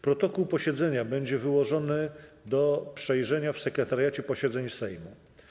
Protokół posiedzenia będzie wyłożony do przejrzenia w Sekretariacie Posiedzeń Sejmu.